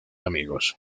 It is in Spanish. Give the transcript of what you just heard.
amigos